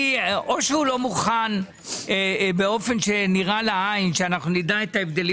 או שהוא לא מוכן באופן שנראה לעין כדי שנדע את ההבדלים